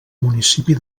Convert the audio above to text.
municipi